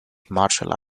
marshall